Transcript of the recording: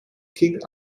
kings